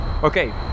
Okay